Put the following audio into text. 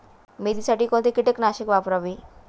मेथीसाठी कोणती कीटकनाशके वापरावी?